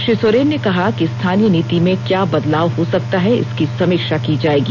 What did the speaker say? श्री सोरेन ने कहा कि स्थानीय नीति में क्या बदलाव हो सकता है इसकी समीक्षा की जाएगी